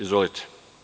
Izvolite.